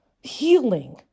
healing